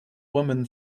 woman